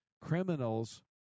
Criminals